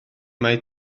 mai